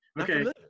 Okay